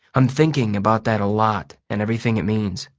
i'm thinking about that a lot and everything it means.